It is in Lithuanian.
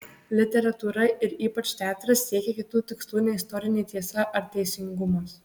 literatūra ir ypač teatras siekia kitų tikslų nei istorinė tiesa ar teisingumas